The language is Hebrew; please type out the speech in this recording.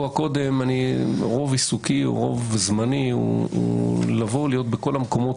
רוב עיסוקי וזמני הוא להיות בכל המקומות